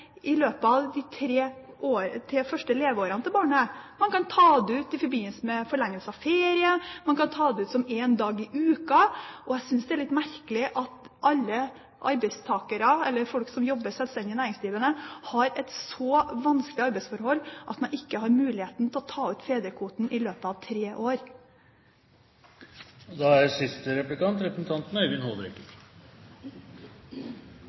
i løpet av de tre første leveårene til barnet. Man kan ta den ut i forbindelse med forlengelse av ferie. Man kan ta den ut en dag i uken. Jeg synes det er litt merkelig at folk som jobber som selvstendig næringsdrivende, har et så vanskelig arbeidsforhold at man ikke har mulighet til å ta ut fedrekvoten i løpet av tre år. Det er en fordel om representanten Gjul er til stede og svarer på den siste replikken. Jeg beklager, president! Det er